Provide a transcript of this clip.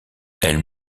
elle